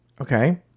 okay